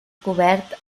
cobert